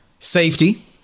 Safety